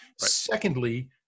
Secondly